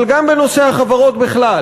אבל גם בנושא החברות בכלל,